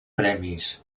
premis